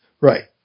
Right